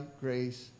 grace